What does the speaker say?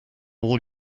all